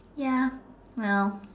ya well